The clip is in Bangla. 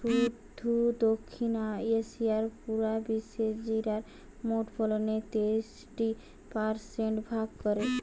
শুধু দক্ষিণ এশিয়াই পুরা বিশ্বের জিরার মোট ফলনের তেষট্টি পারসেন্ট ভাগ করে